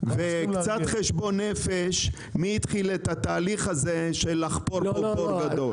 וקצת חשבון נפש לגבי מי התחיל את התהליך הזה של לחפור פה בור גדול.